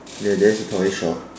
ya there's a toy shop